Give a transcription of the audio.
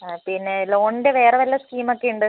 പിന്നെ ലോണിന്റെ വേറെ വല്ല സ്കീമൊക്കെയുണ്ട്